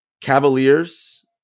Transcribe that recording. Cavaliers